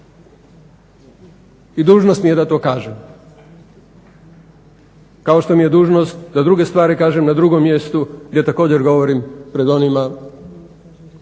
i dužnost mi je da to kažem. Kao što mi je dužnost da druge stvari kažem na drugom mjestu gdje također govorim pred onima